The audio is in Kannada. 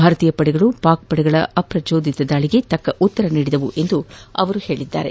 ಭಾರತೀಯ ಪಡೆಗಳು ಪಾಕ್ ಪಡೆಗಳ ಅಪ್ರಚೋದಿತ ದಾಳಿಗೆ ತಕ್ಕ ಉತ್ತರ ನೀಡಿವೆ ಎಂದು ಅವರು ತಿಳಿಸಿದ್ದಾರೆ